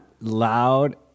loud